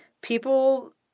people